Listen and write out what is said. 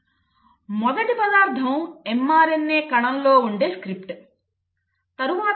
మొదటి పదార్థం mRNA కణం లో ఉండే స్క్రిప్ట్